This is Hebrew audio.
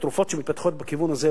והתרופות שמתפתחות בכיוון הזה,